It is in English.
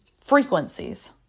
frequencies